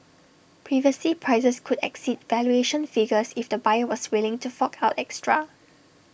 previously prices could exceed valuation figures if the buyer was willing to fork out extra